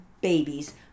babies